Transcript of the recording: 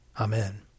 Amen